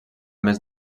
mes